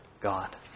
God